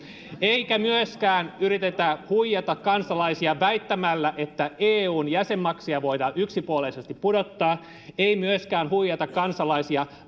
eikä myöskään yritetä huijata kansalaisia väittämällä että eun jäsenmaksuja voidaan yksipuolisesti pudottaa ei myöskään huijata kansalaisia